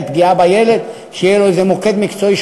פגיעה בילד לפנות לאיזה מוקד מקצועי,